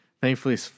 Thankfully